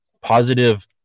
positive